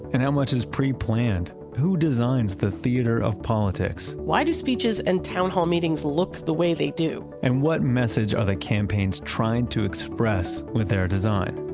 and how much is pre-planned? who designs the theatre of politics? why do speeches and town hall meetings look the way they do? and what message are the campaigns trying to express with their design?